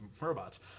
robots